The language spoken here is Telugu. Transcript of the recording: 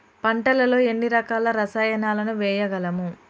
పంటలలో ఎన్ని రకాల రసాయనాలను వేయగలము?